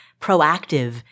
proactive